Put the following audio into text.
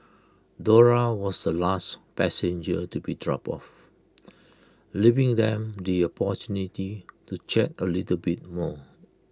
Dora was the last passenger to be dropped off leaving them the opportunity to chat A little bit more